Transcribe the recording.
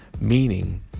meaning